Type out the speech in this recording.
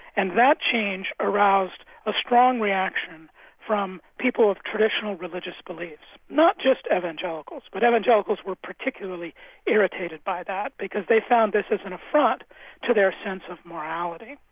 and that change aroused a strong reaction from people of traditional religious beliefs, not just evangelicals. but evangelicals were particularly irritated by that because they found this as an affront to their sense of morality.